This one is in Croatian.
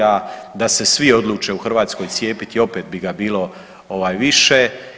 A da se svi odluče u Hrvatskoj cijepiti opet bi ga bilo više.